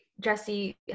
jesse